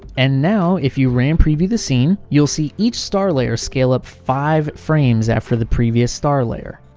and now, if you ram preview the scene, you'll see each star layer scale up five frames after the previous star layer.